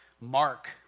Mark